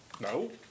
No